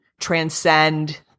transcend